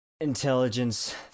Intelligence